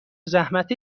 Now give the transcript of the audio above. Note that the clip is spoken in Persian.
زحمت